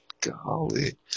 golly